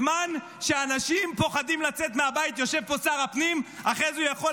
נגד ראשי ערים?